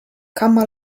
kama